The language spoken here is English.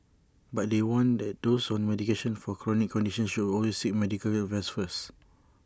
but they warn that those on medication for chronic conditions should always seek medical advice first